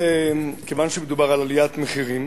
כיוון שמדובר על עליית מחירים,